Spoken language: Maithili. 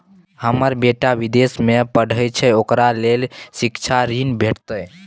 हमर बेटा विदेश में पढै छै ओकरा ले शिक्षा ऋण भेटतै?